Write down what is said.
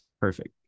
Perfect